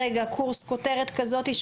קורס עם כותרת כזאת,